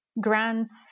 grants